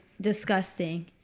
disgusting